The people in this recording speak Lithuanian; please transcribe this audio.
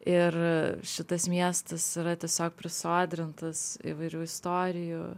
ir šitas miestas yra tiesiog prisodrintas įvairių istorijų